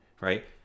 Right